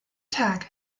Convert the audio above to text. tag